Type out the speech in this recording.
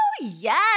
yes